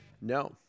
No